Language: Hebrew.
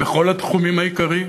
בכל התחומים העיקריים.